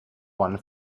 one